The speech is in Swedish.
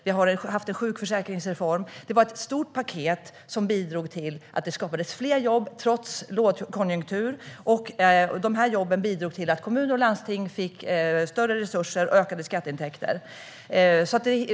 Vi har haft en sjukförsäkringsreform. Det var ett stort paket som bidrog till att det skapades fler jobb trots lågkonjunktur. De jobben bidrog till att kommuner och landsting fick större resurser och ökade skatteintäkter.